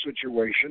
situation